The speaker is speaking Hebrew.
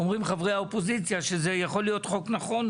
חברי האופוזיציה אומרים שמה שאתם מציעים יכול להיות חוק נכון,